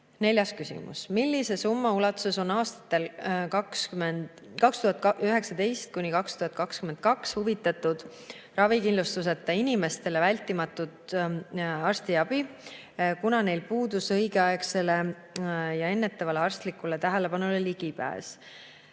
Neljas küsimus: "Millise summa ulatuses on aastatel 2019–2022 hüvitatud ravikindlustuseta inimestele vältimatut arstiabi, kuna neil puudus õigeaegsele ja ennetavale arstlikule tähelepanule ligipääs?"